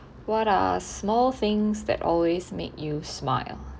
what are small things that always make you smile